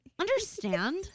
Understand